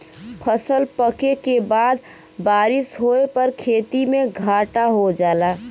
फसल पके के बाद बारिस होए पर खेती में घाटा हो जाला